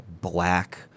black